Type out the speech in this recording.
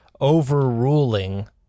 overruling